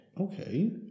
Okay